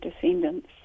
descendants